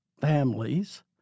families